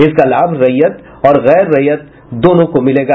इसका लाभ रैयत और गैर रैयत दोनों को मिलेगा